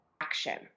action